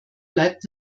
bleibt